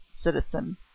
citizen